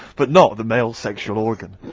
but not the male sexual organ.